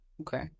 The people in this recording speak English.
Okay